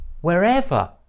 wherever